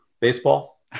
baseball